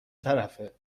طرفه